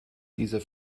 dieser